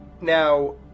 now